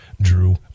drew